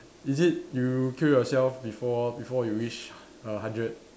is it you kill yourself before before you reach err hundred